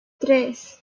tres